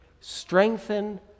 strengthen